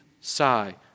sigh